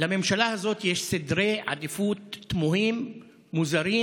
לממשלה הזו יש סדרי עדיפויות תמוהים, מוזרים